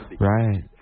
right